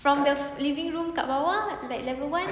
from the living room kat bawah like level one